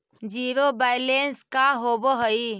Zero balance का होव हइ?